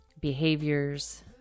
behaviors